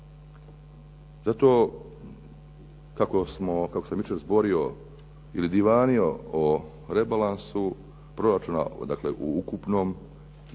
Zato kako sam jučer zborio ili divanio o rebalansu proračuna u ukupnom iznosu